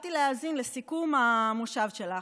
באתי להאזין לסיכום המושב שלך.